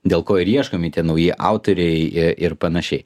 dėl ko ir ieškomi tie nauji autoriai ir panašiai